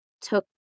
took